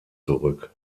zurück